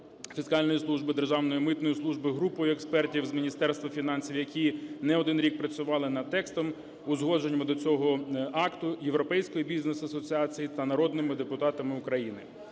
фіскальної служби, Державної митної служби, групою експертів з Міністерства фінансів, які не один рік працювали над текстом, узгодженнями до цього акту, Європейської Бізнес Асоціації та народними депутатами України.